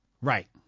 Right